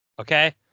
Okay